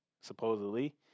supposedly